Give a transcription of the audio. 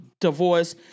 divorce